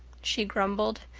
she grumbled.